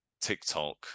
TikTok